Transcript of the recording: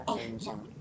angel